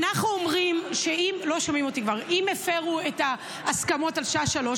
אנחנו אומרים שאם הפרו את ההסכמות על השעה 15:00,